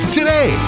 today